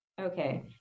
Okay